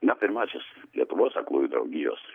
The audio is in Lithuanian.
na pirmasis lietuvos aklųjų draugijos